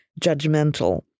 judgmental